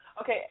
okay